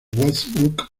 westbrook